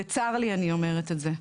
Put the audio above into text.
בצר לי אני אומרת את זה.